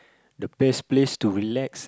to best place to relax